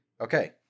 Okay